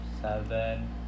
seven